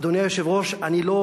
אדוני היושב-ראש, אני לא